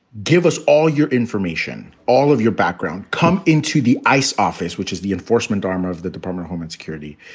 give us all your information, all of your background, come into the ice office, which is the enforcement arm of the department, homeland security.